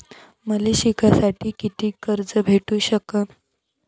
मले शिकासाठी कितीक कर्ज भेटू सकन?